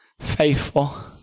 faithful